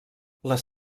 les